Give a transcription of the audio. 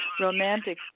romantic